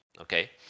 Okay